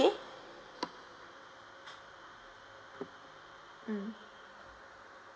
mm